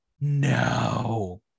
No